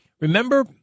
remember